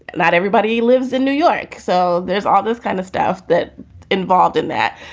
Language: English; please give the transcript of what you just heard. and that everybody lives in new york. so there's all this kind of stuff that involved in that.